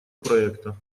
проекта